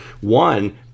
one